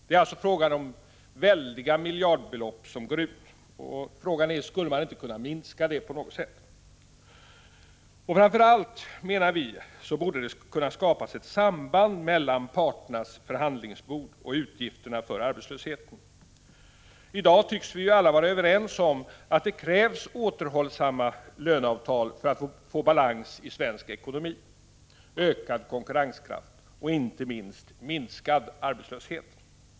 Det är alltså fråga om väldiga miljardbelopp som går ut. Frågan är om man inte skulle kunna minska dessa på något sätt. Framför allt anser vi att det borde kunna skapas ett samband mellan parternas förhandlingsbord och utgifterna för arbetslöshet. I dag tycks vi alla vara överens om att det krävs återhållsamma löneavtal för att vi skall få balans i svensk ekonomi, ökad konkurrenskraft och inte minst minskad arbetslöshet.